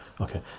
Okay